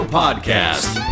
podcast